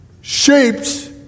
shapes